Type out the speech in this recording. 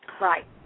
right